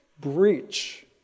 breach